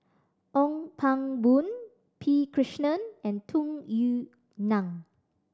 Ong Pang Boon P Krishnan and Tung Yue Nang